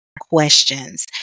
questions